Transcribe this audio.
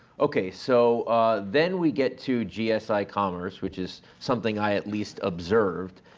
okay, so then we get to gsi commerce, which is something i at least observed,